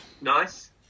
Nice